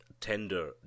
tender